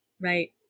Right